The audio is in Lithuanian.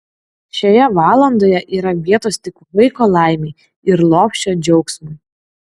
šioje valandoje yra vietos tik vaiko laimei ir lopšio džiaugsmui